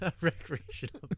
Recreational